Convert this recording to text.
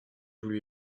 voulu